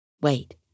Wait